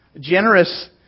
generous